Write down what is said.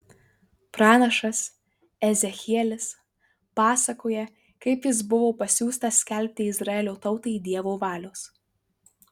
pranašas ezechielis pasakoja kaip jis buvo pasiųstas skelbti izraelio tautai dievo valios